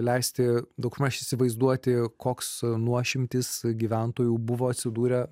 leisti daugmaž įsivaizduoti koks nuošimtis gyventojų buvo atsidūrę